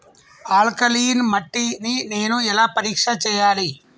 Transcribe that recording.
Alkaline మట్టి ని నేను ఎలా పరీక్ష చేయాలి?